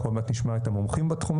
אנחנו עוד מעט נשמע את המומחים בתחומים.